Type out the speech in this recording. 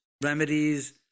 remedies